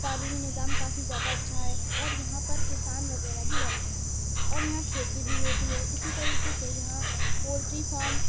تعلیمی نظام کافی زیادہ اچھا ہے اور یہاں پر کسان وغیرہ بھی رہتے ہیں اور یہاں کھیتی بھی ہوتی ہے اسی طریقے سے یہاں پولٹری فارم